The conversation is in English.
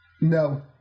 No